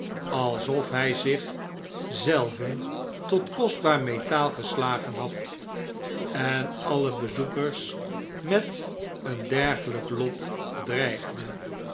alsof irjj zich zelven tot kostbaar metaal geslagen had en alle bezoekers met een dergelijk lot dreigde